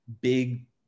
big